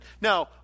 Now